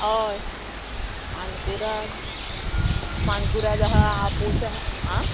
हय मानकुराद मानकुराद आहा आपोस आहा आं